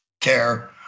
care